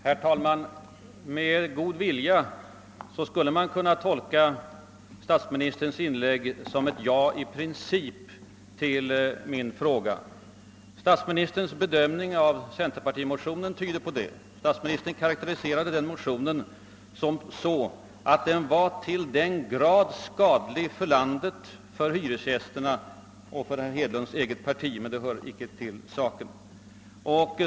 Herr talman! Med god vilja skulle man kunna tolka statsministerns inlägg som ett ja i princip som svar på min fråga. Statsministerns bedömning av centerpartiets motion tyder på det. Statsministern karakteriserade den motionen med orden att den var till den grad skadlig för landet, för hyresgästerna — och för herr Hedlunds eget parti, fast det inte hör till saken.